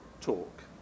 talk